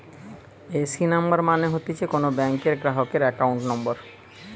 AC number মানে হতিছে কোন ব্যাংকের গ্রাহকের একাউন্ট নম্বর